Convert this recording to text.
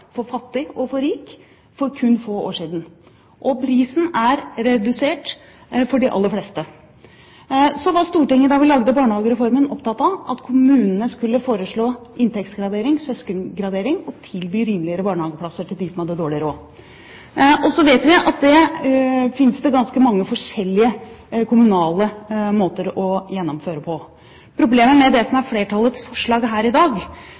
for fattig og for rik – for kun få år siden. Prisen er redusert for de aller fleste. Stortinget var, da vi lagde barnehagereformen, opptatt av at kommunene skulle foreslå inntektsgradering – søskengradering – og tilby rimeligere barnehageplasser til dem som hadde dårlig råd. Og så vet vi at det fins ganske mange forskjellige kommunale måter å gjennomføre det på. Problemet med det som er flertallets forslag her i dag,